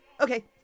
Okay